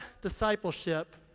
discipleship